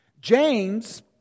James